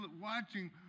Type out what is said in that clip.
watching